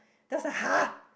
that's a !huh!